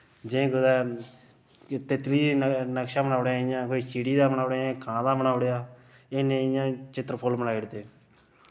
जि'यां कुतै तितली न नक्शा बनाई ओड़ेया इ'यां कोई चिड़ी दा बनाई ओड़ेया जां कां दा बनाई ओड़ेआ जां नेईं इ'यां चित्तर फुल्ल बनाई ओड़दे